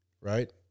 right